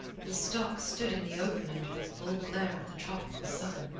the stocks stood in the open under the full glare of the tropical sun,